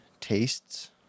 tastes